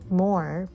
more